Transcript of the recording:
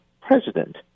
president